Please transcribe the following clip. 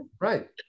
right